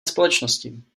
společnosti